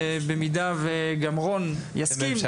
במידה וגם רון יסכים,